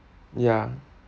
ya